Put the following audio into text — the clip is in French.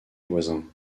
voisins